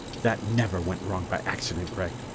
that never went wrong by accident, gregg!